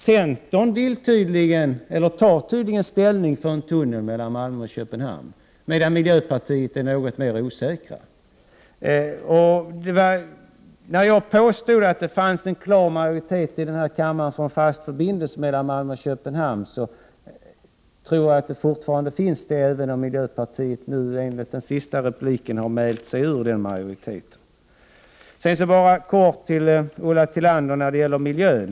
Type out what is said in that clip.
Centern tar tydligen ställning för en tunnel mellan Malmö och Köpenhamn, medan miljöpartiet är något mer osäkert. Jag påstod att det fanns en klar majoritet i denna kammare för en fast förbindelse mellan Malmö och Köpenhamn, och jag tror fortfarande det, även om miljöpartiet i den senaste repliken mälde sig ur den majoriteten. Jag vill vända mig till Ulla Tillander när det gäller miljön.